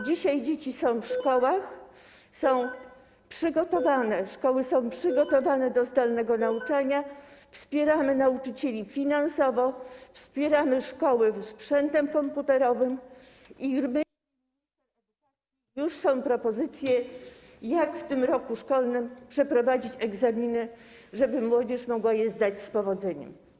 Dzisiaj dzieci są w szkołach, szkoły są przygotowane do zdalnego nauczania, wspieramy nauczycieli finansowo, wspieramy szkoły sprzętem komputerowym i już są propozycje, jak w tym roku szkolnym przeprowadzić egzaminy, żeby młodzież mogła je zdać z powodzeniem.